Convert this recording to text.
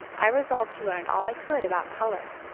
i resolved to learn all i could about color,